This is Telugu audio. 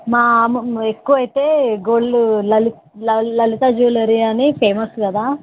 మేము ఎక్కువ అయితే గోల్డు లలిత్ లలిత జ్యువెలరీ అని ఫేమస్ కదా